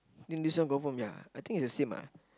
think this one confirm ya I think it's the same ah